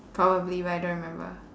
probably but I don't remember